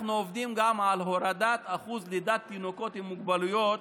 אנחנו עובדים גם על הורדת אחוז לידת תינוקות עם מוגבלויות